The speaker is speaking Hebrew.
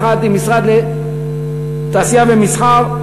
יחד עם המשרד לתעשייה ומסחר,